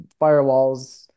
firewalls